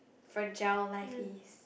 fragile life is